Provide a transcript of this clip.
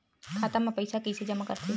खाता म पईसा कइसे जमा करथे?